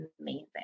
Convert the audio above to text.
amazing